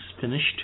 finished